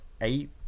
eight